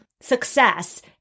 success